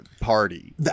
party